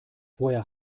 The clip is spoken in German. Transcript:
woher